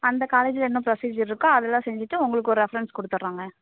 அந்த காலேஜில் என்ன ப்ரொசீஜர் இருக்கோ அதெலாம் செஞ்சிட்டு உங்களுக்கு ஒரு ரெஃபரன்ஸ் கொடுத்துறோங்க